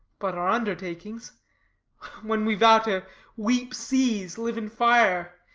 but our undertakings when we vow to weep seas, live in fire,